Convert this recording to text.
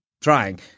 trying